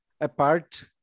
apart